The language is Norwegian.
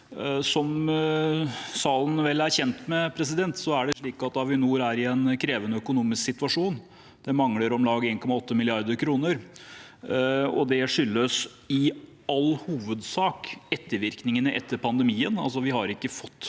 Som salen vel er kjent med, er det slik at Avinor er i en krevende økonomisk situasjon. Det mangler om lag 1,8 mrd. kr, og det skyldes i all hovedsak ettervirkningene av pandemien.